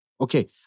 Okay